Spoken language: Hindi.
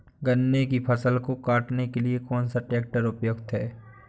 गन्ने की फसल को काटने के लिए कौन सा ट्रैक्टर उपयुक्त है?